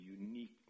uniqueness